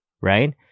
right